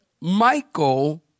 Michael